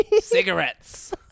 cigarettes